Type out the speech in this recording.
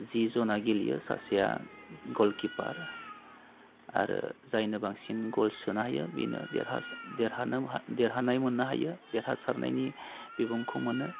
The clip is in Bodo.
जि जना गेलेयो सासेया गल किपार आरो जायनो बांसिन गल सोनो हायो बेनो देरहा देरहानो हा देरहानाय मोननो हायो देरहासारनायनि बिबुंखौ मोनो